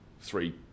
three